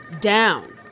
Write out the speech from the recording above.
down